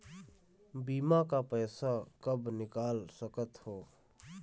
बीमा का पैसा कब निकाल सकत हो?